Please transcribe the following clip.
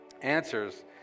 answers